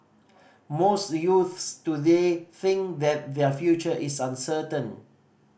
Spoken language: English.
most youths today think that their future is uncertain